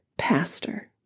pastor